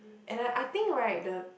and that I think right the